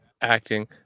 acting